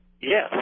Yes